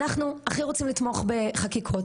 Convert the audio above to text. אנחנו הכי רוצים לתמוך בחקיקות.